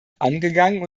angegangen